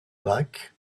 back